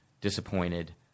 disappointed